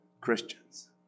Christians